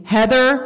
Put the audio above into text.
Heather